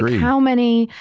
how many,